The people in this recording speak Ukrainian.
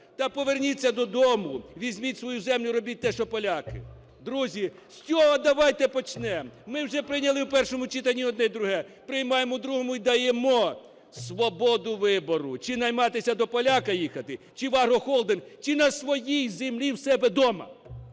Та поверніться додому, візьміть свою землю, робіть те, що поляки. Друзі, з цього давайте почнемо. Ми вже прийняли в першому читанні одне й друге. Приймаємо в другому - і даємо свободу вибору: чи найматися до поляка їхати, чи в агрохолдинг, чи на своїй землі, в себе вдома.